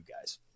guys